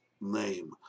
name